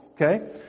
Okay